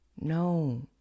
No